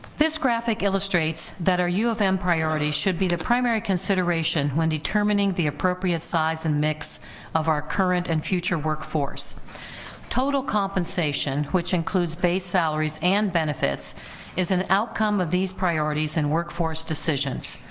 this graphic illustrates that our u of m priorities should be the primary consideration when determining the appropriate size and mix of our current and future workforce total compensation which includes base salaries and benefits is an outcome of these priorities and workforce decisions.